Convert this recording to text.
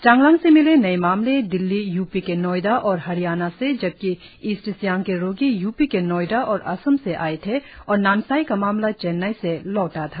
चांगलांग से मिले नए मामले दिल्ली यूपी के नोएडा और हरियाणा से जबकि ईस्ट सियांग के रोगी यूपी के नोएडा और असम से आए थे और नामसाई का मामला चेन्नई से लौटा था